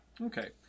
Okay